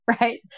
right